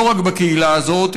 לא רק בקהילה הזאת,